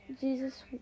Jesus